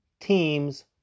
teams